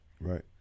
Right